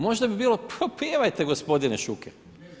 Možda bi bilo, pa pjevajte gospodine Šuker.